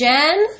Jen